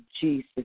Jesus